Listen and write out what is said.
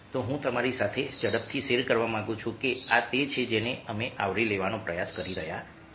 તો હું તમારી સાથે ઝડપથી શેર કરવા માંગુ છું કે આ તે છે જેને અમે આવરી લેવાનો પ્રયાસ કરી રહ્યા છીએ